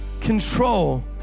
control